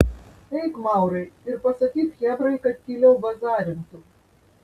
eik maurai ir pasakyk chebrai kad tyliau bazarintų